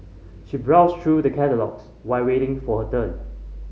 she browsed true the catalogues while waiting for her turn